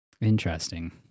Interesting